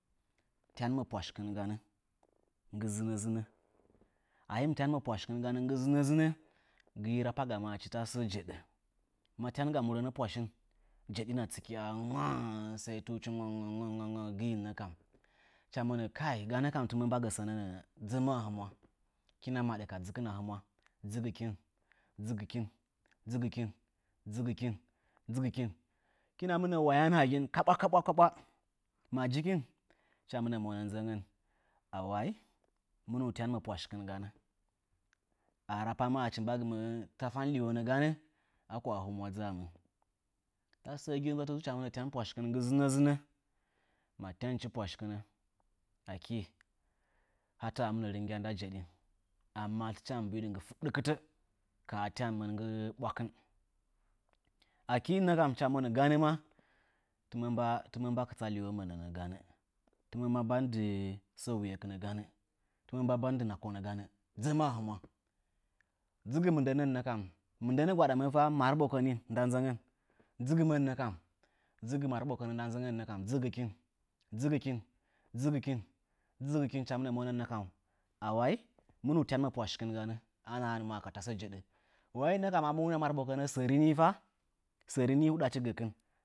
Tyanɨmə pwashkɨn ganə nggɨ zɨnə zɨnə. A hii mɨ tyanɨmə pwashkɨn nggɨ zɨnə zɨnə, akii rapa gamə achi tasə jeɗə. Ma tyanga murənə pwashin jeɗina tsɨkya'a ngaa. Sai tunchi nga nga nga gɨi kam. Hɨcha monə ganə kam tɨmə mba gə sənə nə'ə dzəmə a humwa. Hɨkin ka dzɨkɨna humwa, dzɨgɨkin, dzɨgɨkin, dzɨgɨkin dzɨgɨkin dzɨgɨkin, hɨkina mɨnə wayan hagin kaɓwa kaɓwa. Ma jikin hɨcha mɨnə mwana nəəngən a wayi, mɨnuu tyanɨmə pwashkɨn ganə a rapamə achi mbangɨma tafa liwonə ganə aku a humwa dzaamə. Tasə səə gi ɨnzətə tsu hɨcha mɨnə tyan pwashin nggɨ zɨnə zɨnə ma tyanchi pwashkɨnə, akii hatə mɨnə rɨnya nda jeɗin amma tɨchi waa mbuɨdɨ nggɨ wadɨkɨn. Akii hɨ cha monə, ganə maa tɨmə mba kɨtsadɨ liwomə nəanə tɨmə mba bandɨ sə wuyekɨnə, tɨmə mba bandɨ nako ganə, dzəmə a humwa. Dzɨgɨ mɨndənən nə kam, mɨndənə gwaɗamə fa marɓokənii nda nzəngən. Dzɨgɨ marɓokənə nda nzəngən nə kam, dzɨgɨkin, dzɨgɨkin, dzɨgɨkin, dzɨgɨkin, hɨcha mɨnə monən, a wayi, minuu tyanɨmə pwashkɨn ganə anahanmə aka tasə jeɗə. Wai nə kam ma ka marɓokənə səri nii fa sərinii huɗachi gakɨn.